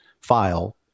file